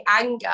anger